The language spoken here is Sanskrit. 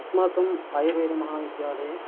अस्माकम् आयुर्वेदमहाविद्यालये